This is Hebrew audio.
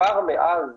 כבר מאז